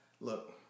Look